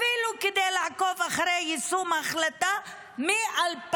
אפילו כדי לעקוב אחרי יישום ההחלטה מ-2006.